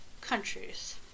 countries